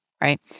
right